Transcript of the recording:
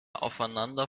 aufeinander